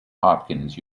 hopkins